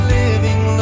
living